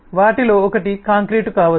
వాటిలో ఒకటి కాంక్రీటు కావచ్చు